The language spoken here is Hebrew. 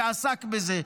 שעסק בזה,